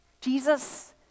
jesus